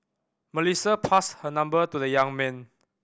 Melissa passed her number to the young man